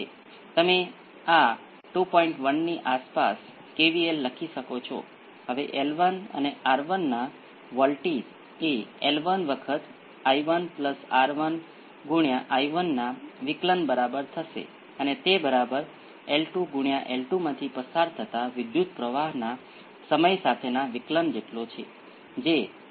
તેથી તે છે જે આપણે ઇનપુટથી કેટલાક ચલ V x પર જઈએ ત્યાંથી V c પર હવે ચિત્રમાં સમજવું સરળ છે